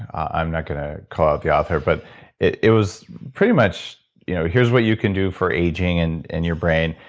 i'm not going to call up the author but it it was pretty much you know here's what you can do for aging and in your brain.